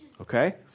Okay